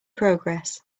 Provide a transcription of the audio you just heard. progress